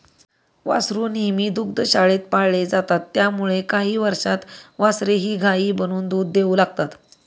वासरू नेहमी दुग्धशाळेत पाळले जातात त्यामुळे काही वर्षांत वासरेही गायी बनून दूध देऊ लागतात